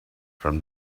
from